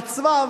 ומעצביו,